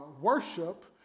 worship